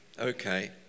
Okay